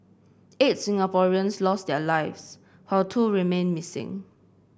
eight Singaporeans lost their lives while two remain missing